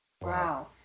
Wow